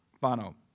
Bono